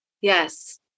Yes